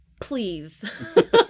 please